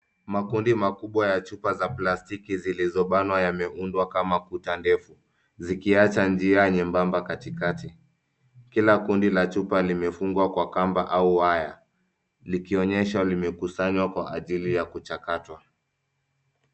Makundi makubwa ya chupa za plastiki zilizobanwa yameundwa kama kuta ndefu. zikiacha njia nyembamba katikatiki .Kila kundi la chupa limefungwa kwa kamba au waya ,likionyesha limekusanywa kwa ajili ya kuchakatwa.